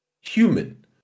human